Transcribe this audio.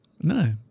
No